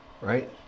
right